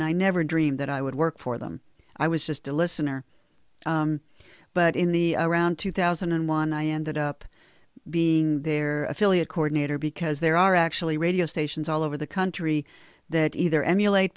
and i never dreamed that i would work for them i was just a listener but in the around two thousand and one i ended up being their affiliate coordinator because there are actually radio stations all over the country that either emulate